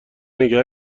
نگه